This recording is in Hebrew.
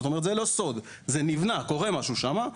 זאת אומרת, זה לא סוד, זה נבנה, קורה שם משהו.